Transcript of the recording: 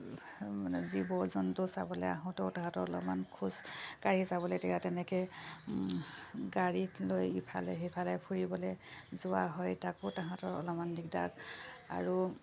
মানে জীৱ জন্তু চাবলৈ আহোঁতেও তাহাঁতৰ অলপমান খোজকাঢ়ি চাবলৈ তেতিয়া তেনেকৈ গাড়ীত লৈ ইফালে সিফালে ফুৰিবলৈ যোৱা হয় তাকো তাহাঁতৰ অলপমান দিগদাৰ আৰু